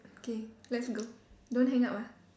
okay let's go don't hang up ah